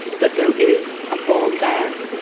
but there is a bond there.